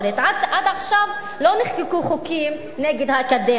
עד עכשיו לא נחקקו חוקים נגד האקדמיה.